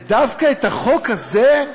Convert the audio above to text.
ודווקא החוק הזה,